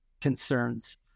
concerns